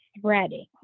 threading